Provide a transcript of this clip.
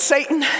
Satan